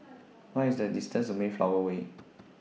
What IS The distance to Mayflower Way